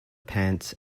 pants